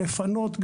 לפנות,